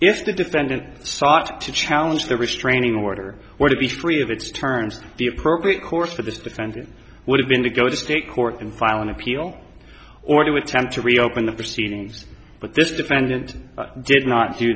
if the defendant sought to challenge the restraining order or to be free of its terms the appropriate course for this defendant would have been to go to state court and file an appeal or the attempt to reopen the proceedings but this defendant did not do